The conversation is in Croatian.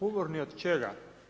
Umorni od čega?